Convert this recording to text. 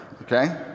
okay